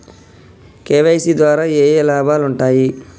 KYC ద్వారా ఏఏ లాభాలు ఉంటాయి?